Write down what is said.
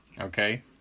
Okay